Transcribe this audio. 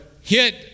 hit